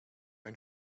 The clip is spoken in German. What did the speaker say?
ein